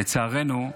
לצערנו,